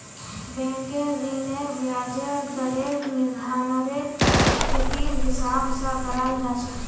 बैंकेर ऋनेर ब्याजेर दरेर निर्धानरेर स्थितिर हिसाब स कराल जा छेक